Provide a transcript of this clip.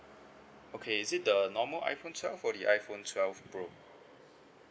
okay is it the normal iphone twelve or the iphone twelve pro